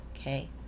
okay